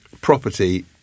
property